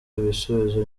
ibisubizo